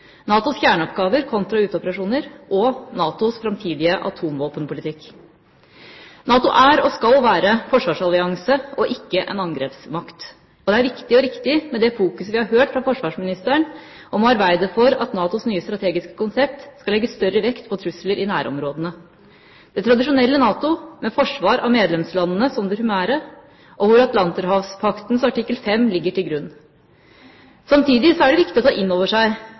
NATOs kjerneoppgaver kontra uteoperasjoner og NATOs framtidige atomvåpenpolitikk. NATO er, og skal være, en forsvarsallianse og ikke en angrepsmakt. Og det er viktig og riktig med forsvarsministerens fokus på å arbeide for at NATOs nye strategiske konsept skal legge større vekt på trusler i nærområdene. I det tradisjonelle NATO, med forsvar av medlemslandene som det primære, ligger Atlanterhavspaktens artikkel 5 til grunn. Samtidig er det viktig å ta inn over seg